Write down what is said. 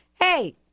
hey